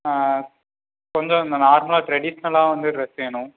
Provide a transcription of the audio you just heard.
ஆ கொஞ்சம் இந்த நார்மலாக ட்ரெடிஷ்னல்லாம் வந்து ட்ரெஸ் வேணும்